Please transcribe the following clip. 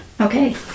Okay